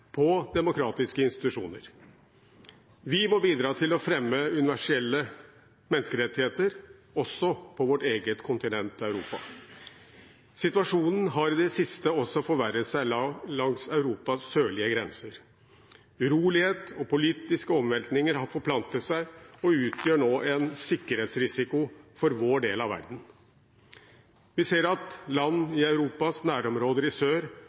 på demokratiske institusjoner. Vi må bidra til å fremme universelle menneskerettigheter, også på vårt eget kontinent, Europa. Situasjonen har i det siste også forverret seg langs Europas sørlige grenser. Urolighet og politiske omveltninger har forplantet seg og utgjør nå en sikkerhetsrisiko for vår del av verden. Vi ser at land i Europas nærområder i sør